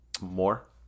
More